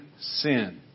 sin